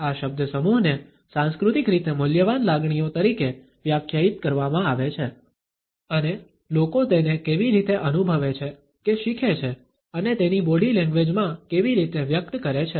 આ શબ્દસમૂહને સાંસ્કૃતિક રીતે મૂલ્યવાન લાગણીઓ તરીકે વ્યાખ્યાયિત કરવામાં આવે છે અને લોકો તેને કેવી રીતે અનુભવે છે કે શીખે છે અને તેની બોડી લેંગ્વેજ માં કેવી રીતે વ્યક્ત કરે છે